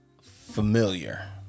familiar